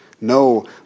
No